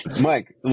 Mike